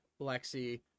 lexi